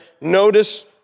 notice